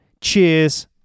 Cheers